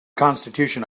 constitution